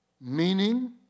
meaning